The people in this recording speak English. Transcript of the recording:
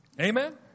Amen